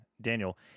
Daniel